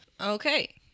Okay